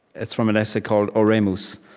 it's from an essay called oremus,